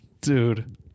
Dude